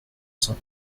cent